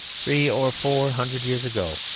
three or four hundred years ago,